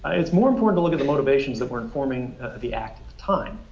it's more important to look at the motivations that were informing the act at the time.